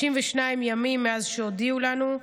32 ימים מאז שהודיעו לנו,